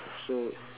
so